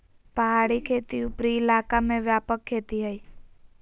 पहाड़ी खेती उपरी इलाका में व्यापक खेती हइ